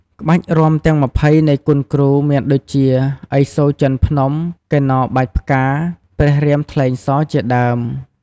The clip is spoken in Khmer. ក្បាច់រាំទាំង ២០ នៃគុនគ្រូ មានដូចជា ឥសូរជាន់ភ្នំ, កិន្នរបាចផ្កា, ព្រះរាមថ្លែងសរ ជាដើម។